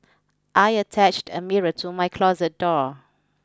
I attached a mirror to my closet door